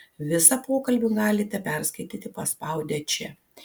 visą pokalbį galite perskaityti paspaudę čia